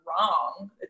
wrong